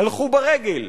הלכו ברגל,